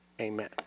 amen